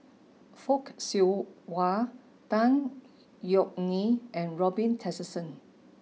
Fock Siew Wah Tan Yeok Nee and Robin Tessensohn